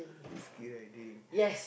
skii riding